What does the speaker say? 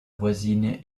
voisine